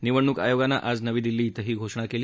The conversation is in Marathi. निवडणूक आयोगानं आज नवी दिल्ली क्विं ही घोषणा केली